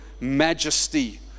majesty